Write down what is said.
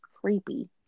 creepy